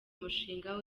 mushinga